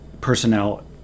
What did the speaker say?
personnel